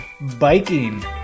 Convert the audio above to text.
biking